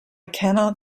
cannot